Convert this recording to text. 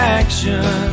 action